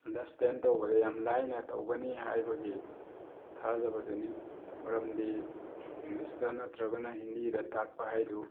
understand ꯇꯧꯕꯗ ꯌꯥꯝ ꯂꯥꯏꯅ ꯇꯧꯒꯅꯤ ꯍꯥꯏꯕꯒꯤ ꯊꯥꯖꯕꯗꯨꯅꯤ ꯃꯔꯝꯗꯤ ꯏꯪꯂꯤꯁꯇ ꯅꯠꯇ꯭ꯔꯒꯅ ꯍꯤꯟꯗꯤꯗ ꯇꯥꯛꯄ ꯍꯥꯏꯗꯨ